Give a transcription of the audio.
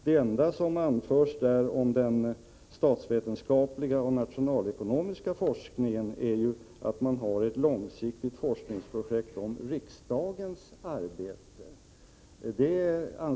Det enda som anförs om den statsvetenskapliga och nationalekonomiska forskningen är att ett långsiktigt forskningsprojekt om riksdagens arbete har initierats.